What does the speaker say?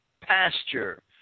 pasture